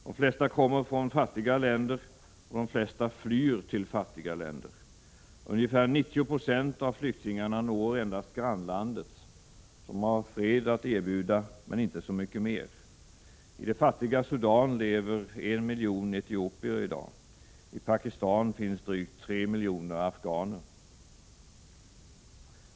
De flesta kommer från fattiga länder och de flesta flyr till fattiga länder. Ungefär 90 92 av flyktingarna når endast grannlandet, som har fred att erbjuda, men inte så mycket mer. I det fattiga Sudan lever i dag 1 miljon etiopier. I Pakistan finns drygt 3 miljoner afghaner.